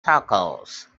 tacos